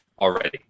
already